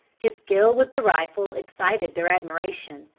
his skill with the rifle excited their admiration,